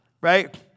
right